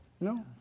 No